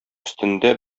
өстендә